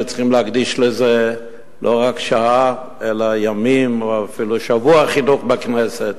צריכים להקדיש לזה לא רק שעה אלא ימים או אפילו שבוע חינוך בכנסת.